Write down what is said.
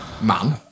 man